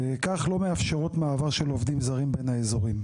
וכך לא מאפשרות למעבר של עובדים זרים בין האזורים.